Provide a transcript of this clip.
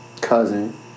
Cousin